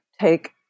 take